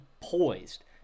poised